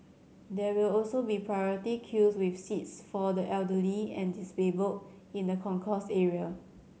there will also be priority queues with seats for the elderly and disabled in the concourse area